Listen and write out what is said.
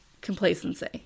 complacency